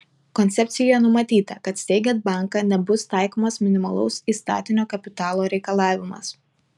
koncepcijoje numatyta kad steigiant banką nebus taikomas minimalaus įstatinio kapitalo reikalavimas